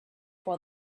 while